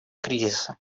кризиса